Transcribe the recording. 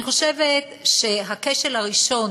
אני חושבת שהכשל הראשון